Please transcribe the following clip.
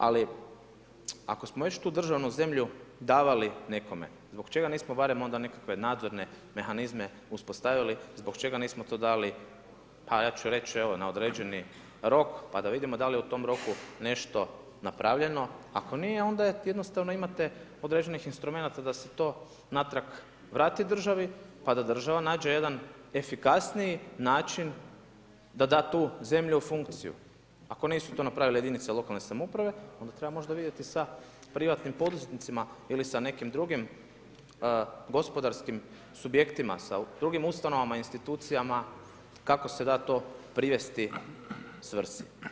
Ali ako smo već tu državnu zemlju davali nekome, zbog čega nismo barem onda nekakve nadzorne mehanizme uspostavili, zbog čega nismo to dali pa ja ću reći evo na određeni rok pa da vidimo da li je u tom roku napravljeno, ako nije onda jednostavno imate određenih instrumenata da se to natrag vrati državi pa da država nađe jedan efikasniji način da da tu zemlju u funkciju, ako nisu to napravile jedinice lokalne samouprave onda treba možda vidjeti sa privatnim poduzetnicima ili sa nekim drugim gospodarskim subjektima, sa drugim ustanovama i institucijama kako se da to privesti svrsi.